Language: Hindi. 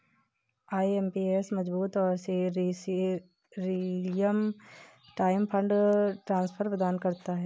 आई.एम.पी.एस मजबूत और रीयल टाइम फंड ट्रांसफर प्रदान करता है